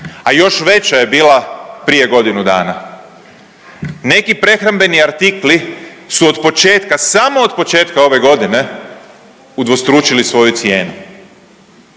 a još veća je bila prije godinu dana. Neki prehrambeni artikli su od početka, samo od početka ove godine udvostručili svoju cijenu,